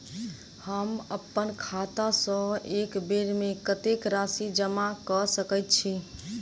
हम अप्पन खाता सँ एक बेर मे कत्तेक राशि जमा कऽ सकैत छी?